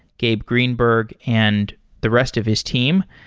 gabe greenberg, and the rest of his team.